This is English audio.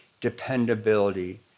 dependability